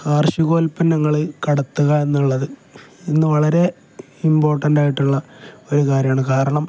കാർഷിക ഉൽപ്പന്നങ്ങൾ കടത്തുക എന്നുള്ളത് ഇന്ന് വളരെ ഇമ്പോർട്ടൻ്റ് ആയിട്ടുള്ള ഒരു കാര്യമാണ് കാരണം